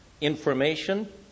Information